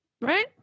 right